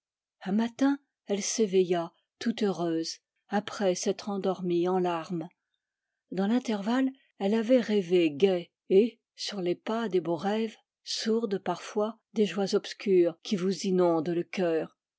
un matin elle s'éveilla tout heureuse après s'être endormie en larmes dans l'intervalle elle avait rêvé gai et sur les pas des beaux rêves sourdent parfois des joies obscures qui vous inondent le cœur